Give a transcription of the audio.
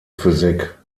physik